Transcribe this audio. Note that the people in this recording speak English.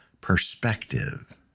perspective